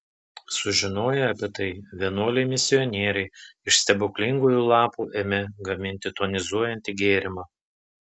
sužinoję apie tai vienuoliai misionieriai iš stebuklingųjų lapų ėmė gaminti tonizuojantį gėrimą